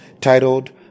titled